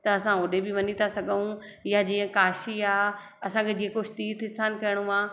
त असां होॾे बि वञी था सघूं या जीअं काशी आहे असांखे जेको तीर्थ स्थान थियणो आहे